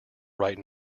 right